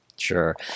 Sure